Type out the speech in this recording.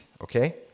Okay